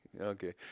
Okay